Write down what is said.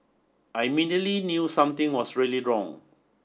I immediately knew something was really wrong